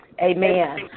Amen